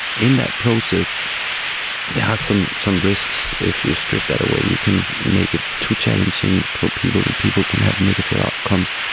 in that process there are some some risks. if you strip that away you can make it too challenging for people, then people can have negative outcomes.